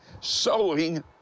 sowing